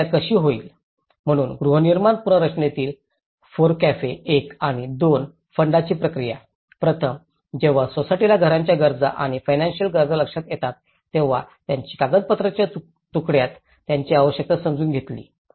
प्रक्रिया कशी होईल म्हणून गृहनिर्माण पुनर्रचनातील फोरकफे 1 आणि 2 फंडाची प्रक्रिया प्रथम जेव्हा सोसायटीला घरांच्या गरजा आणि फीनंसिअल गरजा लक्षात येतात तेव्हा त्यांनी कागदाच्या तुकड्यात त्यांची आवश्यकता समजून घेतली